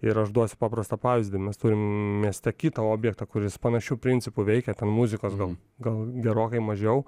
ir aš duosiu paprastą pavyzdį mes turim mieste kitą objektą kuris panašiu principu veikia muzikos gal gal gerokai mažiau